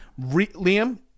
Liam